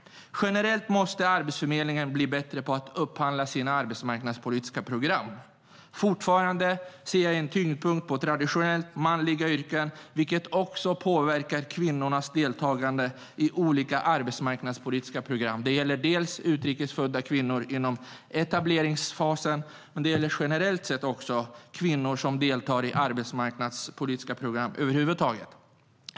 Generellt måste Arbetsförmedlingen bli bättre på att upphandla sina arbetsmarknadspolitiska program. Fortfarande finns en tyngdpunkt på traditionellt manliga yrken, vilket också påverkar kvinnornas deltagande i olika arbetsmarknadspolitiska program. Det gäller utrikes födda kvinnor inom etableringsfasen men generellt också kvinnor som deltar i arbetsmarknadspolitiska program över huvud taget.